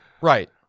right